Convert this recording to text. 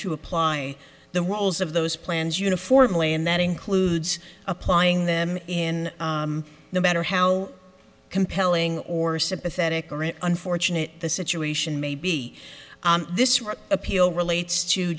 to apply the roles of those plans uniformly and that includes applying them in the matter how compelling or sympathetic or an unfortunate the situation may be this one appeal relates to